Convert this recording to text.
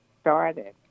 started